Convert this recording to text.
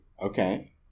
Okay